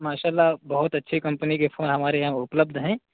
ماشاء اللہ بہت اچھی کمپنی کے فون ہمارے یہاں اپلبدھ ہیں